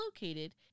located